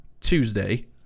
Tuesday